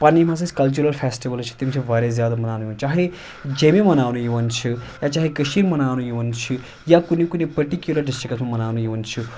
پَنٕنۍ یِم ہَسا اَسہِ کلچِرَل فیٚسٹِوَلٕز چھِ تِم چھِ واریاہ زیادٕ مَناونہٕ یِوان چاہے جیٚمہِ مَناونہٕ یِوان چھِ یا چاہے کٔشیٖرِ مناونہٕ یِوان چھِ یا کُنہِ کُنہِ پٔٹِکیوٗلَر ڈِسٹِرٛکس مَناونہٕ یِوان چھِ